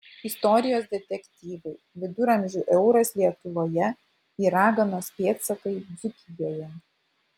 istorijos detektyvai viduramžių euras lietuvoje ir raganos pėdsakai dzūkijoje